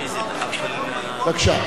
בבקשה.